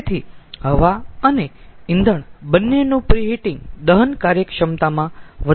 તેથી હવા અને ઇંધણ બન્નેનું પ્રીહિટિંગ દહન કાર્યક્ષમતામાં વધારો કરશે